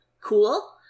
Cool